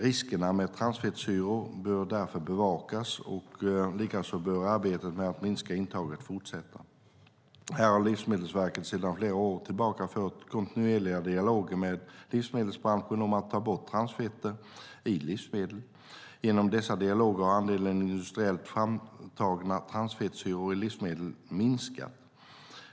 Riskerna med transfettsyror bör därför bevakas. Likaså bör arbetet med att minska intaget fortsätta. Här har Livsmedelsverket sedan flera år tillbaka fört kontinuerliga dialoger med livsmedelsbranschen om att ta bort transfetter i livsmedel. Genom dessa dialoger har andelen industriellt framtagna transfettsyror i livsmedel minskat.